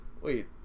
Wait